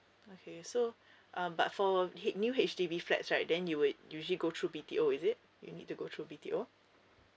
okay so um but for ha~ new H_D_B flats right then you would usually go through B_T_O is it you need to go through B_T_O